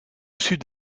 sud